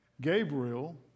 Gabriel